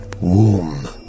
womb